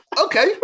Okay